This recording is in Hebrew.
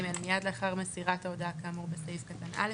מיד לאחר מסירת ההודעה כאמור בסעף קטן (א),